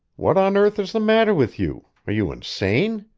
what on earth is the matter with you? are you insane?